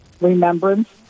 remembrance